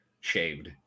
shaved